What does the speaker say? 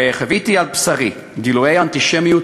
וחוויתי על בשרי גילויי אנטישמיות